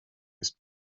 ist